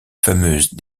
fameuse